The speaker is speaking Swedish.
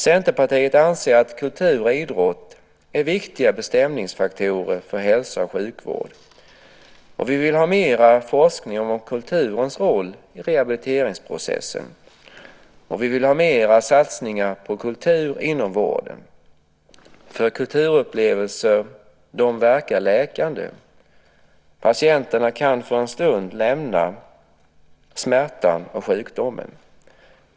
Centerpartiet anser att kultur och idrott är viktiga bestämningsfaktorer för hälso och sjukvård, och vi vill ha mera forskning om kulturens roll i rehabiliteringsprocessen. Vi vill också ha mera satsningar på kultur inom vården. Kulturupplevelser verkar nämligen läkande. Patienterna kan för en stund lämna smärtan och sjukdomen.